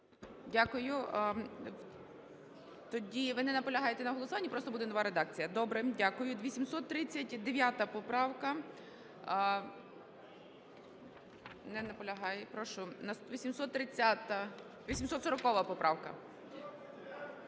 Дякую. Ви не наполягаєте на голосуванні, просто буде нова редакція? Добре. Дякую. 839-а поправка. Не наполягає. 840-а поправка.